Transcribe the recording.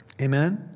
Amen